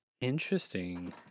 Interesting